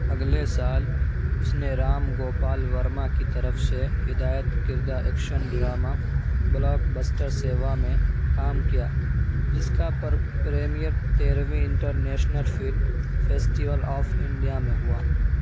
اگلے سال اس نے رام گوپال ورما کی طرف سے ہدایت کردہ ایکشن ڈرامہ بلاک بسٹر سیوا میں کام کیا جس کا پر پریمیئر تیرویں international film festival of India میں ہوا